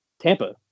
Tampa